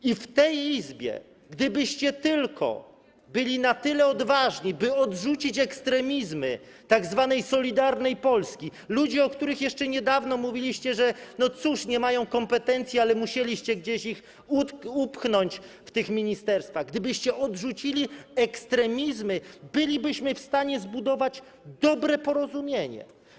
I w tej Izbie, gdybyście tylko byli na tyle odważni, by odrzucić ekstremizmy tzw. Solidarnej Polski - ludzie, o których jeszcze niedawno mówiliście, że cóż, nie mają kompetencji, ale musieliście gdzieś ich upchnąć w tych ministerstwach - gdybyście odrzucili ekstremizmy, bylibyśmy w stanie zbudować dobre porozumienie.